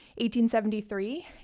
1873